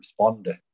Responder